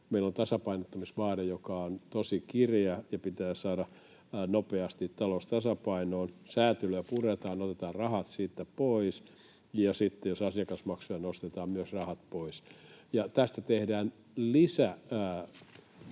meillä on tasapainottamisvaade, joka on tosi kireä, ja pitää saada nopeasti talous tasapainoon. Säätelyä puretaan, otetaan rahat siitä pois, ja sitten jos asiakasmaksuja nostetaan myös, otetaan rahat pois. Tästä tehdään